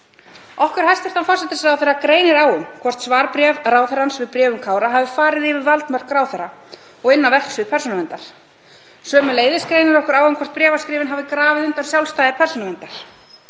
Okkur hæstv. forsætisráðherra greinir á um hvort svarbréf ráðherrans við bréfum Kára hafi farið yfir valdmörk ráðherra og inn á verksvið Persónuverndar. Sömuleiðis greinir okkur á um hvort bréfaskrifin hafi grafið undan sjálfstæði Persónuverndar.